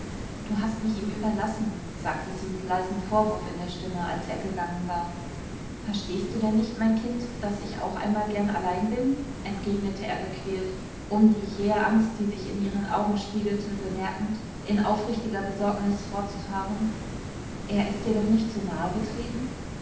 du hast mich ihm überlassen sagte sie mit leisem vorwurf in der stimme als er gegangen war verstehst du denn nicht mein kind daß ich auch einmal gern allein bin entgegnete er gequält um die jähe angst die sich in ihren augen spiegelte bemerkend in aufrichtiger besorgnis fortzufahren er ist dir doch nicht zu nahe getreten